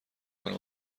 کنم